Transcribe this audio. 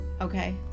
Okay